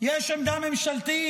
יש עמדה ממשלתית,